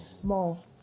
small